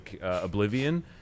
oblivion